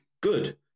good